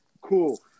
Cool